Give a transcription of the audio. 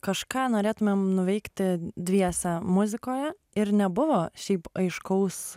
kažką norėtumėm nuveikti dviese muzikoje ir nebuvo šiaip aiškaus